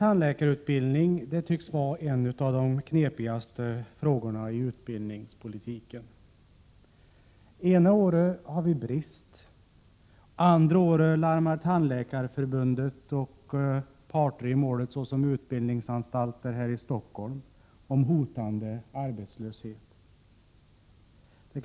Tandläkarutbildningen tycks vara en av de besvärligaste frågorna i utbildningspolitiken; ena året har vi brist, det andra larmar Tandläkarförbundet om hotande arbetslöshet.